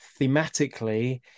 thematically